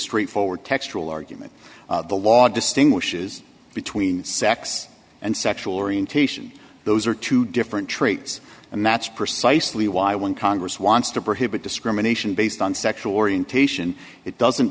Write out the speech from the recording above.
straightforward textual argument the law distinguishes between sex and sexual orientation those are two different traits and that's precisely why when congress wants to prohibit discrimination based on sexual orientation it doesn't